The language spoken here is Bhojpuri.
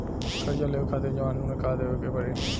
कर्जा लेवे खातिर जमानत मे का देवे के पड़ी?